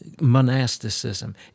monasticism